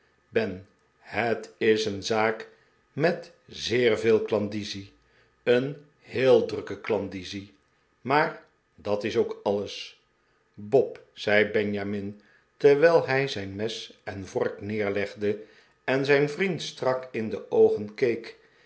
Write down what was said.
ben het is een zaak met zeer veel klandizie een heel drukke klandizie maar dat is ook alles bob zei benjamin terwijl hij zijn mes en vork neerlegde en zijn vriend strak in de oogen keek